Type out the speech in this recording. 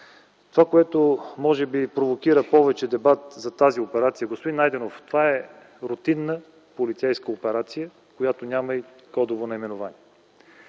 Това, което може би провокира повече дебат за тази операция, господин Найденов – това е рутинна полицейска операция, която няма кодово наименование.